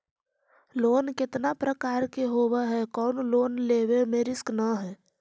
Loan कितना प्रकार के होबा है कोन लोन लेब में रिस्क न है?